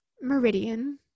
Meridian